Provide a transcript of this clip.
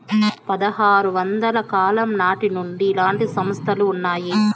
పదహారు వందల కాలం నాటి నుండి ఇలాంటి సంస్థలు ఉన్నాయి